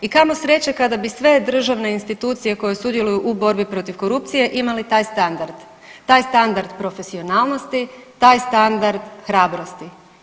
I kamo sreće kada bi sve državne institucije koje sudjeluju u borbi protiv korupcije imali taj standard, taj standard profesionalnosti, taj standard hrabrosti.